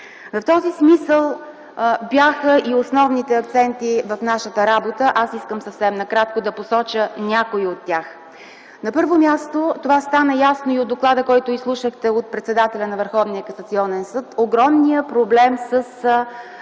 В този смисъл бяха и основните акценти в нашата работа. Аз искам съвсем накратко да посоча някои от тях. На първо място, това стана ясно и от доклада, който изслушахте от председателя на Върховния касационен съд, е огромният проблем,